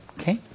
Okay